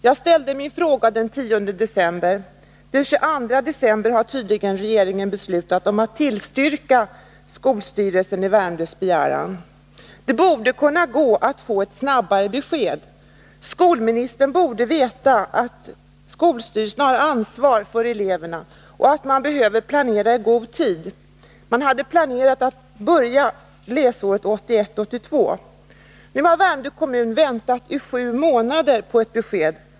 Jag ställde min fråga den 10 december. Den 22 december har tydligen regeringen beslutat att bifalla denna begäran från skolstyrelsen i Värmdö. Det borde kunna gå att få ett besked snabbare. Skolministern borde veta att skolstyrelserna har ansvar för eleverna och att man behöver planera i god tid. Man hade planerat att börja försöksverksamheten läsåret 1981/82. Nu har Värmdö kommun väntat på ett besked i flera månader.